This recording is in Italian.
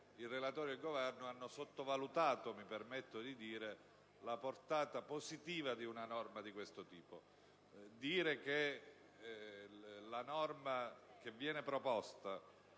il relatore e il Governo hanno sottovalutato - mi permetto di dirlo - la portata positiva di una norma di questo tipo. Dire che la norma proposta,